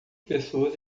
pessoas